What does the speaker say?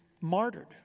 martyred